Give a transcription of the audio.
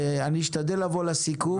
אני רוצה לבוא לסיכום.